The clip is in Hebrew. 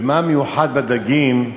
ומה מיוחד בדגים?